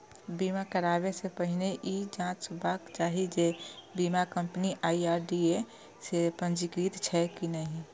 बीमा कराबै सं पहिने ई जांचबाक चाही जे बीमा कंपनी आई.आर.डी.ए सं पंजीकृत छैक की नहि